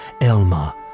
Elma